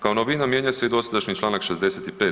Kao novina mijenja se i dosadašnji članak 65.